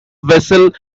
vessel